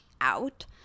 out